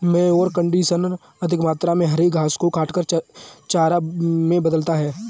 mower conditioner अधिक मात्रा में हरे घास को काटकर चारा में बदल देता है